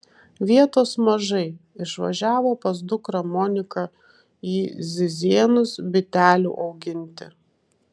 vietos mažai išvažiavo pas dukrą moniką į zizėnus bitelių auginti